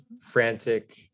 frantic